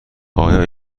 آیا